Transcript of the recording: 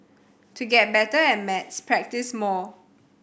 to get better at maths practise more